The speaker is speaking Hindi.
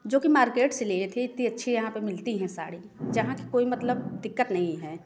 जो कि मार्केट से लिए थे इतनी अच्छी यहाँ पर मिलती है साड़ी जहाँ की कोई मतलब दिक्कत नहीं है